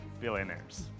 billionaires